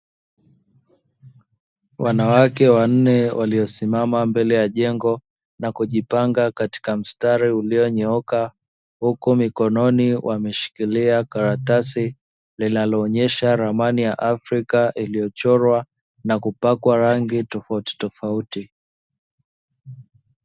Wanawake wanne waliosimama mbele ya jengo na kujipanga katika mstari ulionyooka huku mikononi wakishikilia karatasi linaloonyesha ramani ya afrika iliyochorwa na kupakwa rangi tofautitofauti.